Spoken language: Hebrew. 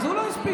אז הוא לא הספיק.